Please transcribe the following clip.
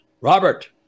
Robert